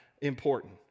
important